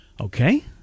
okay